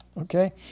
Okay